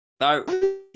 No